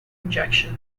injection